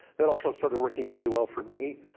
that also started working really well for me,